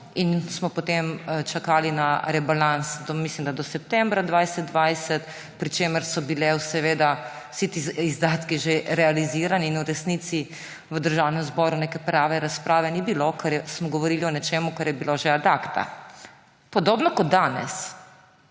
in smo potem čakali na rebalans, mislim da, do septembra 2020, pri čemer so bili vsi ti izdatki že realizirani in v resnici v Državnem zboru neke prave razprave ni bilo, ker smo govorili o nečem, kar je bilo že ad acta, podobno kot danes.